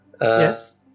Yes